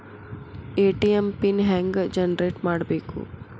ATM PIN ಹೆಂಗ್ generate ಮಾಡಬೇಕು?